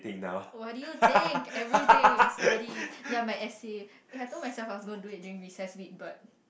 oh what do you think everyday study ya my essay eh I told myself ah don't do it during recess week but